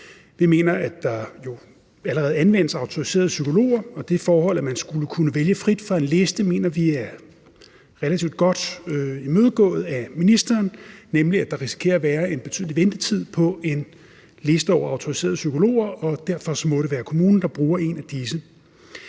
vi mener, at der allerede anvendes autoriserede psykologer, og det forhold, at man skulle kunne vælge frit fra en liste, mener vi er relativt godt imødegået af ministeren, nemlig at der risikerer at være en betydelig ventetid på en liste over autoriserede psykologer, og derfor må det være kommunen, der bruger en af disse.